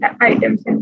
items